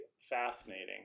fascinating